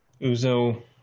Uzo